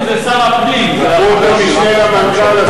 לקחו אותו משנה למנכ"ל.